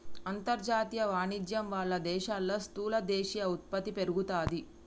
అంతర్జాతీయ వాణిజ్యం వాళ్ళ దేశాల్లో స్థూల దేశీయ ఉత్పత్తి పెరుగుతాది